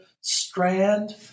strand